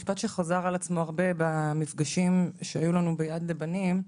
משפט שחזר על עצמו הרבה במפגשים שהיו לנו ביד לבנים,